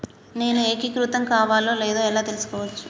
నేను ఏకీకృతం కావాలో లేదో ఎలా తెలుసుకోవచ్చు?